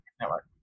Network